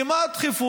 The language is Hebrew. כי מה הדחיפות?